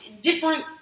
Different